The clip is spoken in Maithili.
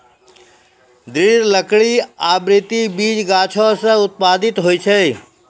दृढ़ लकड़ी आवृति बीजी गाछो सें उत्पादित होय छै?